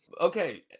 okay